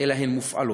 אלא הן מופעלות.